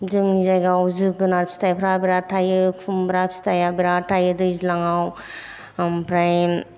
जोंनि जायगायाव जोगोनार फिथायफ्रा बिराट थायो खुमब्रा फिथाया बिराट थायो दैज्लाङाव ओमफ्राय